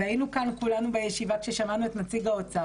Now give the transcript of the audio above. והיינו כאן כולנו בישיבה כששמענו את נציג האוצר,